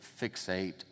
fixate